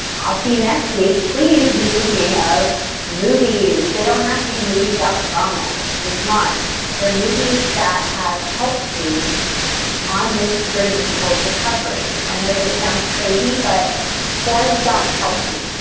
i'll see you next week. please be thinking of movies. they don't have to be movies about trauma. i mean c'mon there are movies that have helped you on this journey toward recovery. i know that it sounds crazy but forrest gump helped me.